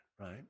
right